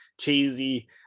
cheesy